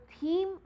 theme